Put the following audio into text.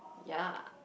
yea